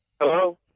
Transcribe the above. Hello